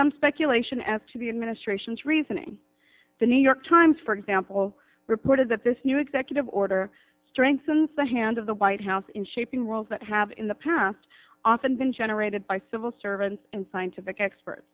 some speculation as to the administration's reasoning the new york times for example reported that this new executive order strengthens the hand of the white house in shaping roles that have in the past often been generated by civil servants and scientific expert